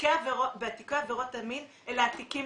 בתיקי עבירות המין, אלה התיקים